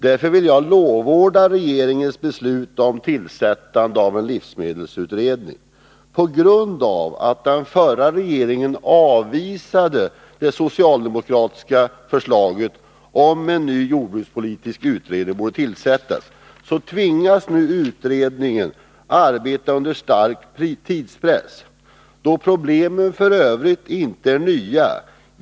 Därför vill jag lovorda regeringens beslut om tillsättande av en livsmedelsutredning. På grund av att den förra regeringen avvisade det socialdemokratiska förslaget om att en ny jordbrukspolitisk utredning skulle tillsättas tvingas nu livsmedelsutredningen att arbeta under stark tidspress. Problemenärf. ö. inte nya.